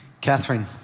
Catherine